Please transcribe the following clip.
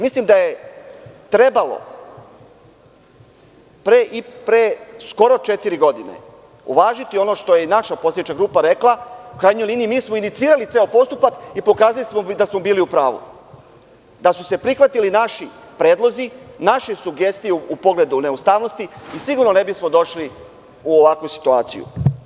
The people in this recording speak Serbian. Mislim da je trebalo pre skoro četiri godine uvažiti ono što je i naša poslanička grupa rekla, u krajnjoj liniji mi smo inicirali ceo postupak i pokazali smo da smo bili u pravu, da su se prihvatili naši predlozi, naše sugestije u pogledu neustavnosti mi sigurno ne bismo došli u ovakvu situaciju.